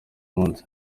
munsi